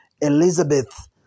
Elizabeth